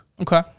Okay